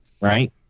right